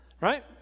right